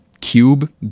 cube